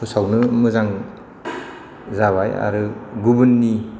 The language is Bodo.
फोसावनो मोजां जाबाय आरो गुबुननि